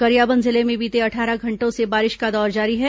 गरियाबंद जिले में बीते अट्ठारह घंटों से बारिश का दौर जारी है